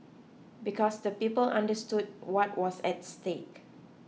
because the people understood what was at stake